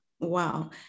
Wow